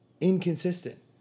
inconsistent